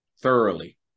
thoroughly